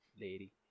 lady